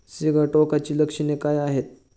सिगाटोकाची लक्षणे काय आहेत?